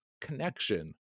connection